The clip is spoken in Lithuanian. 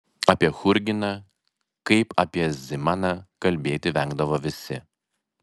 apie churginą kaip apie zimaną kalbėti vengdavo visi